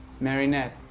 Marinette